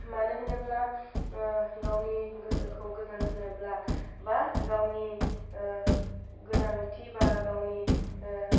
मानो होनोब्ला गावनि गोसोखौ गोजोन होनोब्ला बा गावनि गोनांथि बा गावनि